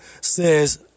says